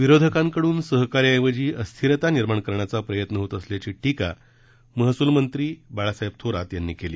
विरोधकांकडून सहकार्याऐवजी अस्थिरता निर्माण करण्याचा प्रयत्न होत असल्याची टीका महसूलमंत्री बाळासाहेब थोरात यांनी केली